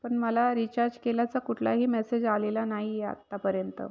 पण मला रिचार्ज केल्याचा कुठलाही मेसेज आलेला नाही आहे आत्तापर्यंत